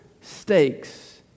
stakes